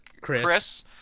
Chris